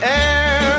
air